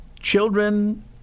Children